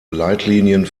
leitlinien